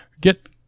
get